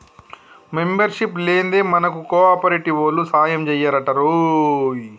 membership లేందే మనకు కోఆపరేటివోల్లు సాయంజెయ్యరటరోయ్